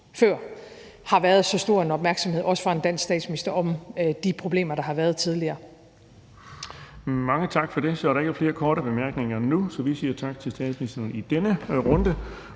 har været så stor en opmærksomhed, også fra en dansk statsminister, om de problemer, der har været tidligere. Kl. 09:20 Den fg. formand (Erling Bonnesen): Mange tak for det. Så er der ikke flere korte bemærkninger nu, så vi siger tak til statsministeren i denne runde.